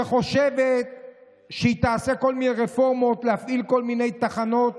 שחושבת שהיא תעשה כל מיני רפורמות להפעיל כל מיני תחנות